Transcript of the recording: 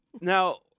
Now